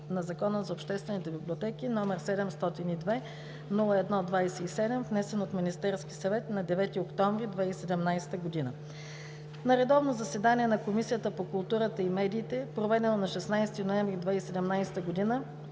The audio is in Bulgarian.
на Закона за народните читалища, № 702-01-37, внесен от Министерския съвет на 26 октомври 2017 г. На редовно заседание на Комисията по културата и медиите, проведено на 16 ноември 2017 г.,